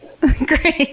Great